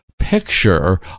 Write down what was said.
picture